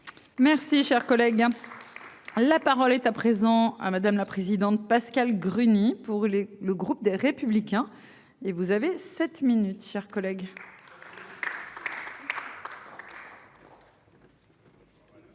Merci cher collègue. La parole est à présent hein. Madame la présidente. Pascale Gruny pour les. Le groupe des Républicains et vous avez 7 minutes, chers collègues.